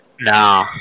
No